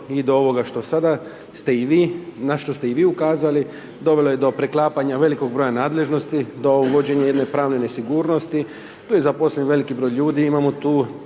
i do ovoga što i sada ste i vi, na što ste i vi ukazali, dovelo je do preklapanja velikog broja nadležnosti, do uvođenje jedne pravne nesigurnosti, tu je zaposlen veliki broj ljudi, imamo tu